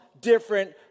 Different